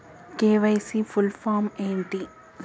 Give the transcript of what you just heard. KYC full form ఏంటి?